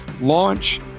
launch